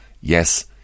yes